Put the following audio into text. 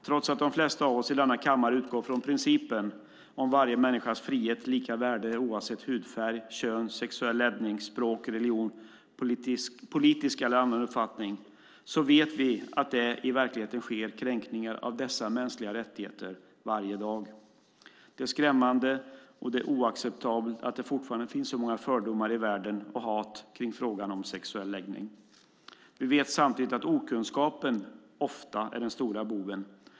Trots att de flesta av oss i denna kammare utgår från principen om varje människas frihet och lika värde oavsett hudfärg, kön, sexuell läggning, språk, religion, politisk eller annan uppfattning så vet vi att det i verkligheten sker kränkningar av dessa mänskliga rättigheter varje dag. Det är skrämmande och oacceptabelt att det fortfarande finns så mycket fördomar i världen och hat kring frågan om sexuell läggning. Vi vet samtidigt att okunskapen ofta är den stora boven.